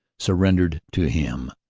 surrendered to him.